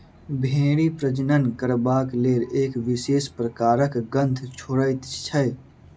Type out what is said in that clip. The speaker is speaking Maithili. भेंड़ी प्रजनन करबाक लेल एक विशेष प्रकारक गंध छोड़ैत छै